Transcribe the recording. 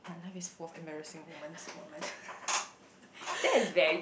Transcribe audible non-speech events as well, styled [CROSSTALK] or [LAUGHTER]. oh my life is full of embarassing moments [LAUGHS]